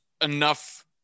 enough